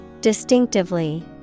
Distinctively